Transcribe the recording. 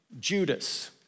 Judas